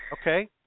Okay